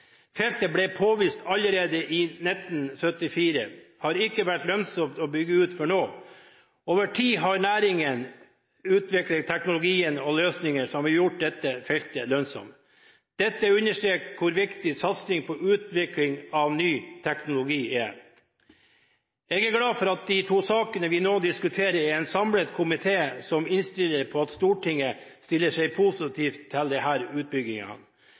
Feltet ble påvist allerede i 1974, men har ikke vært lønnsomt å bygge ut før nå. Over tid har næringen utviklet teknologi og løsninger som har gjort dette feltet lønnsomt. Dette understreker hvor viktig satsing på utvikling av ny teknologi er. Jeg er glad for at det i de to sakene som vi nå diskuterer, er en samlet komité som innstiller på at Stortinget stiller seg positivt til disse utbyggingene.